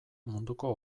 munduko